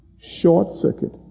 short-circuit